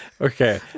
Okay